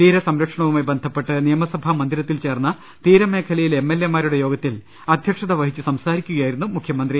തീരസംരക്ഷണവുമായി ബന്ധപ്പെട്ട് നിയമസഭാ മന്ദിരത്തിൽ ചേർന്ന തീരമേഖലയിലെ എംഎൽഎമാരുടെ യോഗത്തിൽ അദ്ധ്യക്ഷത വഹിച്ച് സംസാരിക്കുകയായിരുന്നു മുഖ്യ മന്ത്രി